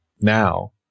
now